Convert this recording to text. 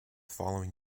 following